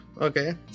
okay